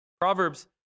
Proverbs